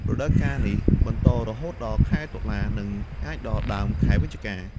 រដូវកាលនេះបន្តរហូតដល់ ខែតុលា និងអាចដល់ដើមខែវិច្ឆិកា។